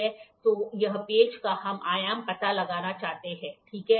तो यह पेंच का हम आयाम पता लगाना चाहते थे ठीक है